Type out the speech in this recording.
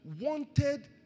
wanted